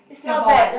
Singapore one